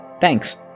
Thanks